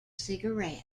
cigarettes